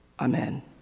Amen